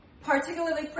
particularly